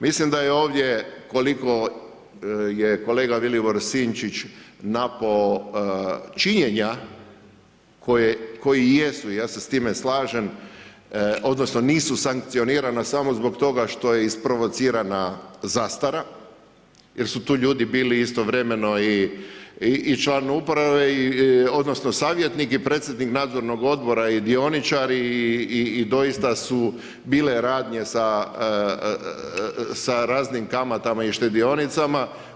Mislim da je ovdje koliko je kolega Vilibor Sinčić napao činjenja koje jesu, ja se s time slažem, odnosno nisu sankcionirana samo zbog toga što je isprovocirana zastara jer su tu ljudi bili istovremeno i članovi uprave odnosno savjetnik i predsjednik nadzornog odbora i dioničari i doista su bile radnje sa raznim kamata i štedionicama.